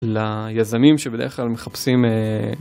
ליזמים שבדרך כלל מחפשים אה...